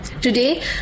Today